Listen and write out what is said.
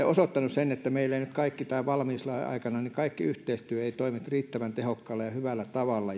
osoittanut sen että meillä ei nyt tämän valmiuslain aikana kaikki yhteistyö toimi riittävän tehokkaalla ja hyvällä tavalla